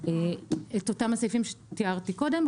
את אותם הסעיפים שתיארתי קודם,